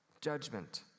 Judgment